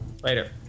Later